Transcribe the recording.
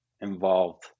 involved